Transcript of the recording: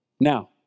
Now